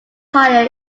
higher